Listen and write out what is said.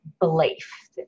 belief